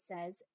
says